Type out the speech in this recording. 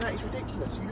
ah is ridiculous.